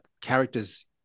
characters